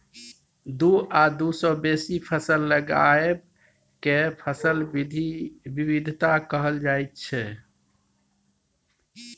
दु आ दु सँ बेसी फसल लगाएब केँ फसल बिबिधता कहल जाइ छै